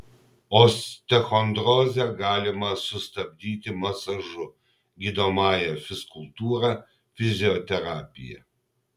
osteochondrozę galima sustabdyti masažu gydomąja fizkultūra fizioterapija